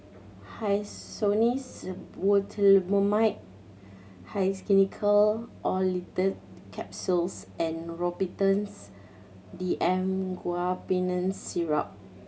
Hyoscine Butylbromide Xenical Orlistat Capsules and Robitussin D M Guaiphenesin Syrup